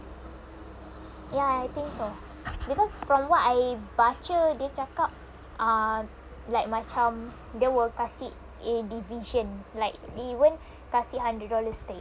ya I think so because from what I baca dia cakap ah like macam dia will kasi in division like they won't kasi hundred dollars straight